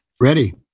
Ready